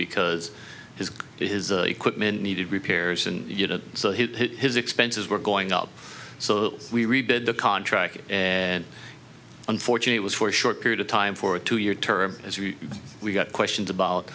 because it is equipment needed repairs and so he his expenses were going up so that we rebid the contract and unfortunately was for a short period of time for a two year term as we got questions about